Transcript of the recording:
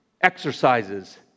exercises